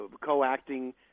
co-acting